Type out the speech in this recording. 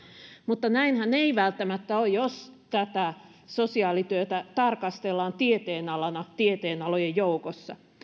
mutta näinhän ei välttämättä ole jos sosiaalityötä tarkastellaan tieteenalana tieteenalojen joukossa